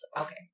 Okay